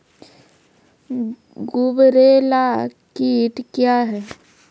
गुबरैला कीट क्या हैं?